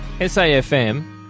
SAFM